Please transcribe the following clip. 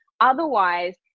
otherwise